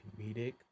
comedic